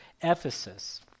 Ephesus